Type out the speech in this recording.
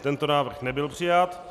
Tento návrh nebyl přijat.